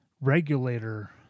Regulator